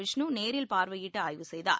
விஷ்ணு நேரில் பார்வையிட்டுஆய்வு செய்தார்